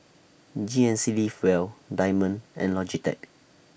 G N C Live Well Diamond and Logitech